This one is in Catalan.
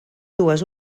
dues